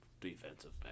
Defensive